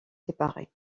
séparés